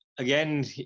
Again